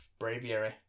Braviary